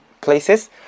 places